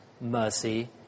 mercy